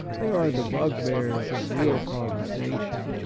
they are the bugbears of real conversation.